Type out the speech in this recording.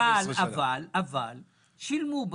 שילמו בסוף.